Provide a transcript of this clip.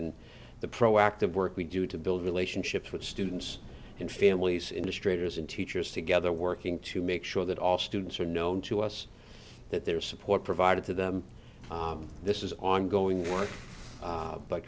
and the proactive work we do to build relationships with students and families into strangers and teachers together working to make sure that all students are known to us that their support provided to them this is ongoing wor